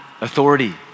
authority